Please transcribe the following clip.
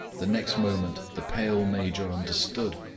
the next moment the pale major understood.